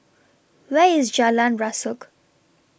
Where IS Jalan Rasok